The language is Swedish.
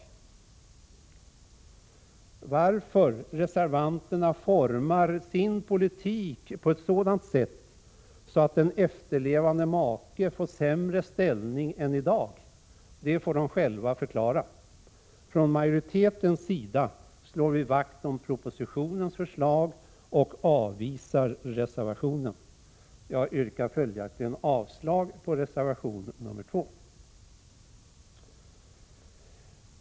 Varför reservanterna formar sin politik så att en efterlevande make får sämre ställning än i dag får de själva förklara. Från majoritetens sida slår vi vakt om propositionens förslag och avvisar reservationen. Jag yrkar följaktligen avslag på reservation nr 2.